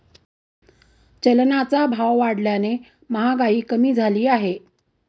चलनाचा भाव वाढल्याने महागाई कमी झाली आहे